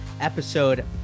Episode